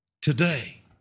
today